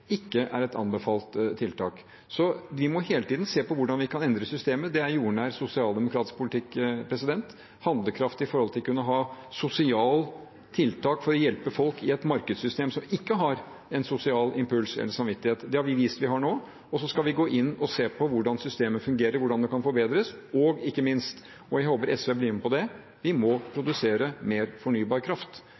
ikke er et anbefalt tiltak. Så vi må hele tiden se på hvordan vi kan endre systemet – det er jordnær, sosialdemokratisk politikk. Handlekraft med tanke på å kunne ha sosiale tiltak for å hjelpe folk i et markedssystem som ikke har en sosial impuls eller samvittighet, det har vi vist vi har nå. Så skal vi gå inn og se på hvordan systemet fungerer, og hvordan det kan forbedres, og – ikke minst, og jeg håper SV blir med på det – vi må produsere mer fornybar kraft.